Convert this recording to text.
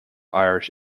irish